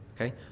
okay